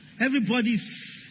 Everybody's